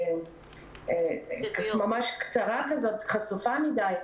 קצרה וחשופה מדי.